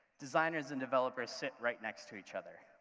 designers and developers sit right next to each other?